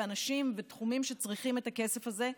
אנשים ותחומים שצריכים את הכסף הזה.